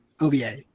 OVA